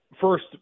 first